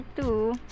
two